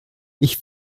ich